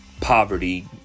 poverty